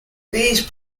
these